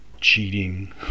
cheating